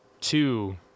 two